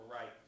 right